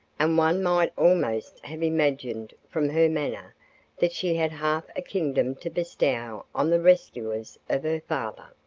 and one might almost have imagined from her manner that she had half a kingdom to bestow on the rescuers of her father.